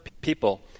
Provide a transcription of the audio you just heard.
people